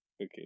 okay